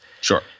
Sure